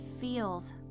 feels